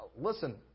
listen